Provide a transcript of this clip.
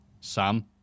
Sam